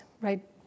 right